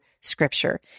scripture